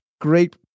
great